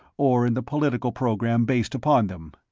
or in the political program based upon them.